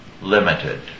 limited